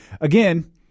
Again